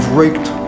raked